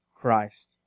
Christ